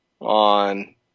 on